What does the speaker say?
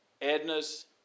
Edna's